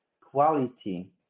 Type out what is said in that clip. quality